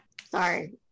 Sorry